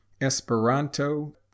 Esperanto